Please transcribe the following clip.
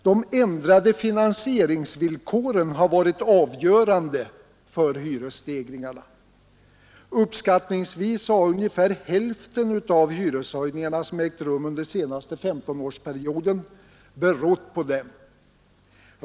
De ändrade finansieringsvillkoren har varit avgörande för hyresstegringarna. Uppskattningsvis har ungefär hälften av de hyreshöjningar som ägt rum under den senaste 15-årsperioden berott på dem.